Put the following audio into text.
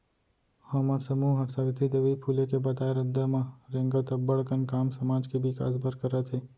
हमर समूह हर सावित्री देवी फूले के बताए रद्दा म रेंगत अब्बड़ कन काम समाज के बिकास बर करत हे